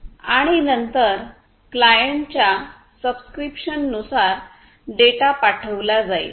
आणि नंतर क्लायंटच्या सबस्क्रीप्शन नुसार डेटा पाठविला जाईल